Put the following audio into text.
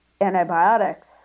antibiotics